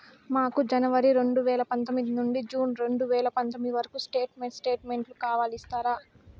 మాకు జనవరి రెండు వేల పందొమ్మిది నుండి జూన్ రెండు వేల పందొమ్మిది వరకు స్టేట్ స్టేట్మెంట్ కావాలి ఇస్తారా